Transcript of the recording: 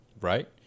right